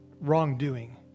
wrongdoing